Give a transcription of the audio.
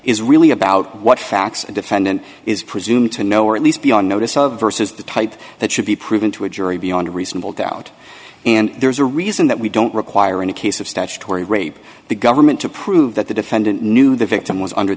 is really about what facts a defendant is presumed to know or at least be on notice of versus the type that should be proven to a jury beyond a reasonable doubt and there's a reason that we don't require in a case of statutory rape the government to prove that the defendant knew the victim was under